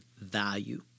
value